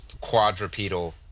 quadrupedal